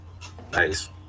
Thanks